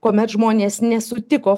kuomet žmonės nesutiko